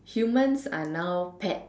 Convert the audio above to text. humans are now pets